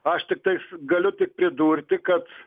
aš tiktais galiu tik pridurti kad